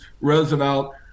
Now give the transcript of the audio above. Roosevelt